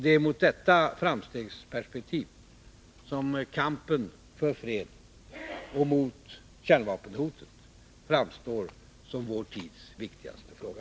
Det är mot detta framtidsperspektiv som kampen för fred och mot kärnvapenhotet framstår som vår tids viktigaste fråga.